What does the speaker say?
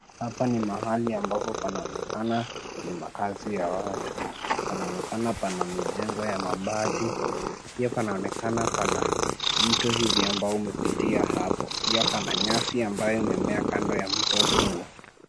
Hapa ni mahali ambapo panaonekana ni makaazi ya watu. Panaonekana pana mijengo ya mabati, pia panaonekana pana mto hivi ambao umepitia hapo. Pia pana nyasi ambayo imemea kando ya mto huo.